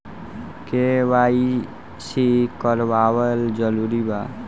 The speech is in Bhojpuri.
के.वाइ.सी करवावल जरूरी बा?